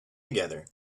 together